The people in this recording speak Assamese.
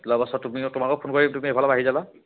লোৱা পাছত তুমি তোমোলোকক ফোন কৰি দিম তুমি সেইফালৰ পৰা আহি যাবা